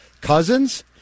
Cousins